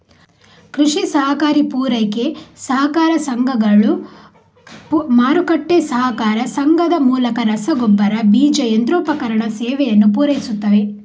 ಕೃಷಿ ಸಹಕಾರಿ ಪೂರೈಕೆ ಸಹಕಾರ ಸಂಘಗಳು, ಮಾರುಕಟ್ಟೆ ಸಹಕಾರ ಸಂಘದ ಮೂಲಕ ರಸಗೊಬ್ಬರ, ಬೀಜ, ಯಂತ್ರೋಪಕರಣ ಸೇವೆಯನ್ನು ಪೂರೈಸುತ್ತವೆ